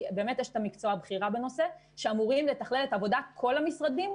באמת אשת המקצוע הבכירה בנושא שאמורים לתכלל את עבודת כל המשרדים,